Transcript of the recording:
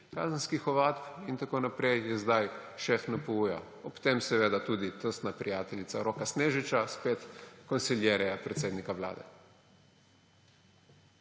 kazenskih ovadb in tako naprej in je zdaj šef NPU, ob tem seveda tudi tesna prijateljica Roka Snežiča, spet consigliera predsednika Vlade.